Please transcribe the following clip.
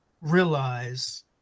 realize